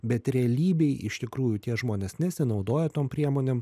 bet realybėj iš tikrųjų tie žmonės nesinaudoja tom priemonėm